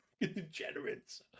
degenerates